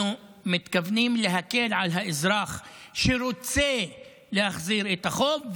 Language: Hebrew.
אנחנו מתכוונים להקל על האזרח שרוצה להחזיר את החוב,